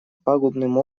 пагубным